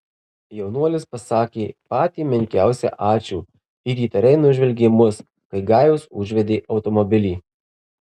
jaunuolis pasakė patį menkiausią ačiū ir įtariai nužvelgė mus kai gajus užvedė automobilį